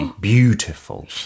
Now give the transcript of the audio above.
Beautiful